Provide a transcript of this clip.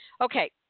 Okay